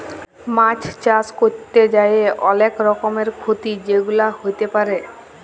মাছ চাষ ক্যরতে যাঁয়ে অলেক রকমের খ্যতি যেগুলা হ্যতে পারে